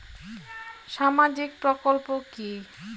সামাজিক প্রকল্প কি?